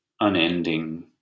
unending